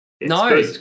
No